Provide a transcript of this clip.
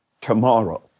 tomorrow